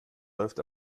läuft